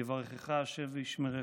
"יברכך ה' וישמרך.